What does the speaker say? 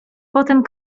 potem